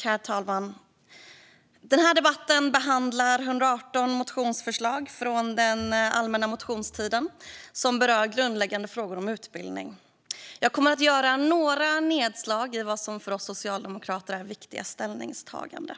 Herr talman! Den här debatten handlar om 118 motionsförslag från allmänna motionstiden som berör grundläggande frågor om utbildning. Jag kommer att göra några nedslag i sådant som för oss socialdemokrater är viktiga ställningstaganden.